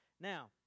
Now